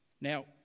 Now